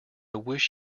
wish